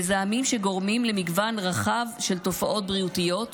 מזהמים שגורמים למגוון רחב של תופעות בריאותיות,